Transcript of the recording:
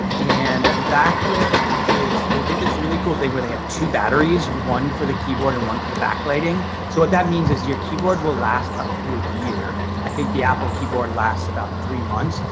and the backlit is, they did this really cool thing where they have two batteries, one for the keyboard and one for the backlighting. so what that means is your keyboard will last up to a year. i think the apple keyboard lasts about three months.